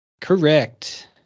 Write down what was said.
Correct